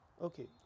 Okay